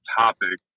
topic